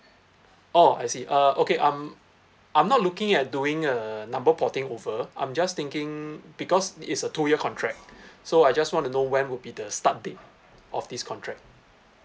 oh I see uh okay um I'm not looking at doing a number porting over I'm just thinking because it's a two year contract so I just wanna know when would be the start date of this contract